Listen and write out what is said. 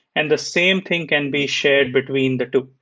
and the same thing can be shared between the two.